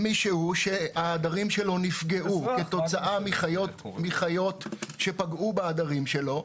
מישהו שההדרים שלו נפגעו כתוצאה מחיות שפגעו בעדרים שלו.